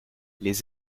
les